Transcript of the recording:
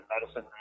medicine